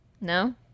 No